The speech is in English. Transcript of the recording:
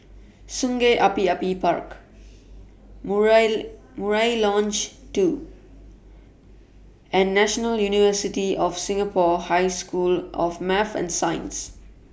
Sungei Api Api Park Murai Murai Lodge two and National University of Singapore High School of Math and Science